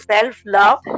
self-love